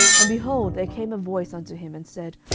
and, behold, there came a voice unto him, and said,